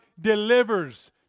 delivers